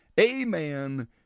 Amen